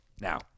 Now